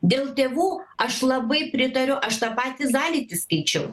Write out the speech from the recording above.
dėl tėvų aš labai pritariu aš tą patį zalytį skaičiau